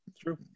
True